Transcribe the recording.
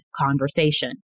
conversation